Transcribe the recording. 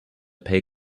pay